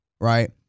right